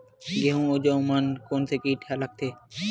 गेहूं अउ जौ मा कोन से कीट हा लगथे?